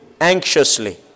anxiously